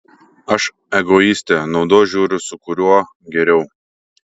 aš egoistė naudos žiūriu su kuriuo geriau